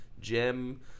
gem